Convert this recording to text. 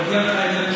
בעניין?